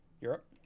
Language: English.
Europe